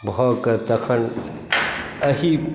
भऽ के तखन एही